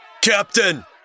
Captain